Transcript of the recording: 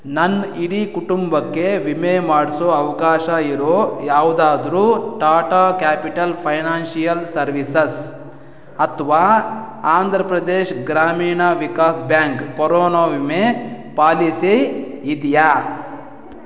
ನನ್ನ ಇಡೀ ಕುಟುಂಬಕ್ಕೆ ವಿಮೆ ಮಾಡಿಸೋ ಅವಕಾಶ ಇರೊ ಯಾವುದಾದ್ರೂ ಟಾಟಾ ಕ್ಯಾಪಿಟಲ್ ಫೈನಾನ್ಷಿಯಲ್ ಸರ್ವೀಸಸ್ ಅಥವಾ ಆಂಧ್ರ ಪ್ರದೇಶ್ ಗ್ರಾಮೀಣ ವಿಕಾಸ್ ಬ್ಯಾಂಕ್ ಕೊರೋನಾ ವಿಮೆ ಪಾಲಿಸಿ ಇದೆಯಾ